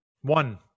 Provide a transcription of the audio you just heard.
One